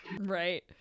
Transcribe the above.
Right